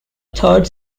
third